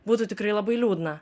būtų tikrai labai liūdna